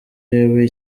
jewe